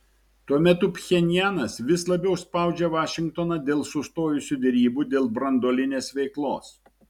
tuo metu pchenjanas vis labiau spaudžia vašingtoną dėl sustojusių derybų dėl branduolinės veiklos